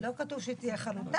לא כתוב שהיא תהיה חלוטה,